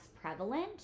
prevalent